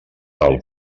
del